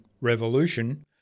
Revolution